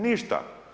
Ništa.